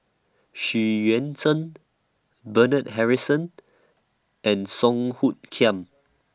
Xu Yuan Zhen Bernard Harrison and Song Hoot Kiam